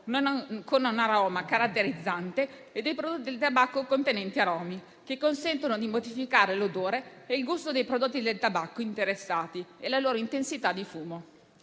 con un aroma caratterizzante e dei prodotti del tabacco contenenti aromi, che consentono di identificare l'odore e il gusto dei prodotti del tabacco interessati e la loro intensità di fumo.